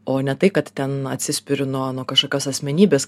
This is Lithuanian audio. o ne tai kad ten atsispiriu nuo nuo kažkokios asmenybės